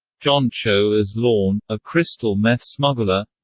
john cho as lorne, a crystal meth smuggler